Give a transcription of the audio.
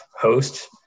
host